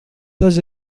tots